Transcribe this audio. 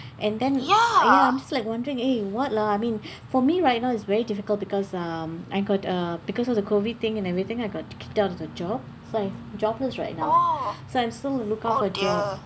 and then ya I'm just like wondering eh what lah I mean for me right now is very difficult because um I got err because of the COVID thing and everything I got kicked out of a job so I'm jobless right now so I'm still on the look out for a job